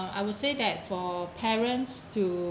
I would say that for parents to